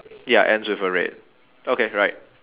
ya ends with a red okay right